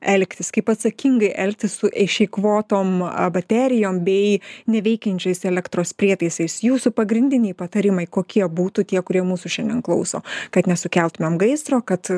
elgtis kaip atsakingai elgtis su išeikvotom a baterijom bei neveikiančiais elektros prietaisais jūsų pagrindiniai patarimai kokie būtų tie kurie mūsų šiandien klauso kad nesukeltumėm gaisro kad